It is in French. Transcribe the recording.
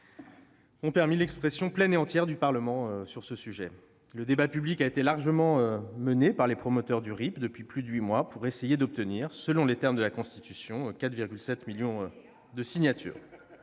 ont permis l'expression pleine et entière du Parlement sur ce sujet. Le débat public a été largement mené par les promoteurs du RIP depuis plus de huit mois pour essayer d'obtenir, selon les termes de la Constitution, 4,7 millions de signatures.